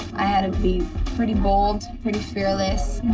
i had to be pretty bold, pretty fearless,